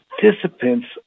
participants